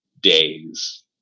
days